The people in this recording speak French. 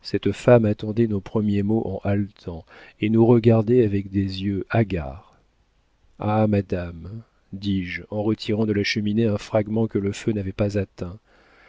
cette femme attendait nos premiers mots en haletant et nous regardait avec des yeux hagards ah madame dis-je en retirant de la cheminée un fragment que le feu n'avait pas atteint